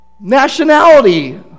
nationality